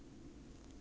mm